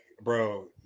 bro